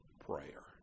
prayer